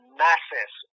masses